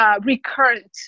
recurrent